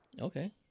Okay